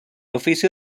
oficio